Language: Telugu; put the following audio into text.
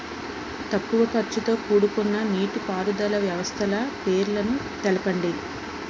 తక్కువ ఖర్చుతో కూడుకున్న నీటిపారుదల వ్యవస్థల పేర్లను తెలపండి?